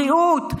בריאות,